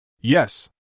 Yes